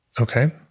Okay